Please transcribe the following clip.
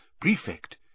prefect